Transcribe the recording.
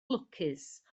lwcus